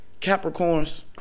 Capricorns